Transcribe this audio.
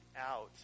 out